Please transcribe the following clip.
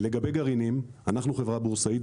לגבי גרעינים אנחנו חברה בורסאית.